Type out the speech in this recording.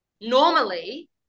normally